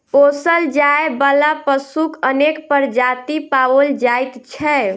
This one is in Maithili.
पोसल जाय बला पशुक अनेक प्रजाति पाओल जाइत छै